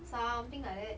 something like that